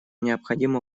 необходимо